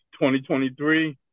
2023